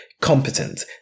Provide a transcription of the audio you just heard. competent